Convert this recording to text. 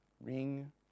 ring